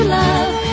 love